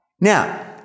Now